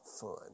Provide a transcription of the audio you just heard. fun